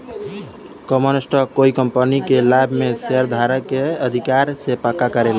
common stock कोइ company के लाभ में शेयरधारक के अधिकार के पक्का करेला